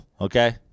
okay